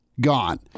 gone